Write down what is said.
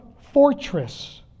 fortress